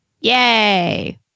Yay